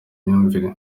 imyumvire